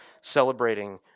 celebrating